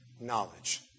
knowledge